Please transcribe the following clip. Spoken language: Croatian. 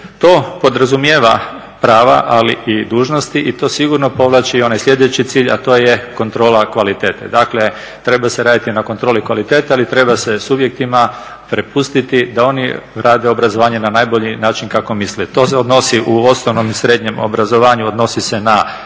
To podrazumijeva prava ali i dužnosti i to sigurno povlači i onaj slijedeći cilj, a to je kontrola kvalitete. Dakle, treba se raditi na kontroli kvalitete, ali treba se subjektima prepustiti da oni rade obrazovanje na najbolji način kako misle. To se odnosi, u osnovnom i srednjem obrazovanju, odnosi se na